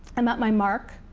i'm at my mark.